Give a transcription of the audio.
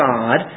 God